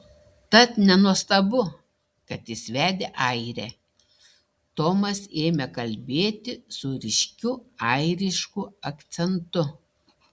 tad nenuostabu kad jis vedė airę tomas ėmė kalbėti su ryškiu airišku akcentu